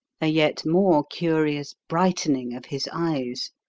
a yet more curious brightening of his eyes.